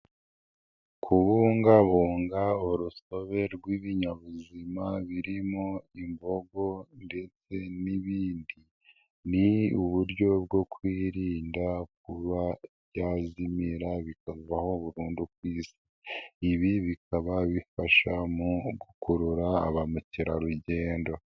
Kubungabunga urusobe rw'ibinyabuzima birimo imbogo ndetse n'ibindi, ni uburyo bwo kwirinda kuba yazimira bikavaho burundu. Ibi bikaba bifasha mu gukurura ba mukerarugendo.